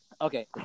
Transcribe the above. Okay